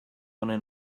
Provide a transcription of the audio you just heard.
honen